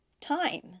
time